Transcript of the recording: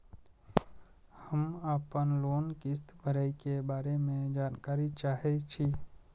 हम आपन लोन किस्त भरै के बारे में जानकारी चाहै छी?